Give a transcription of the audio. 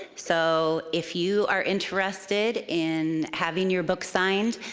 so if you are interested in having your book signed,